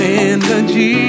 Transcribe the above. energy